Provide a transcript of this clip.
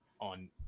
on